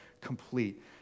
complete